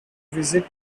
visit